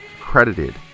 credited